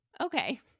Okay